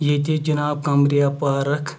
ییٚتہِ جناب قَمرِیا پارَک